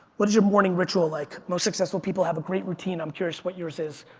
what is your morning ritual like? most successful people have a great routine, i'm curious what yours is.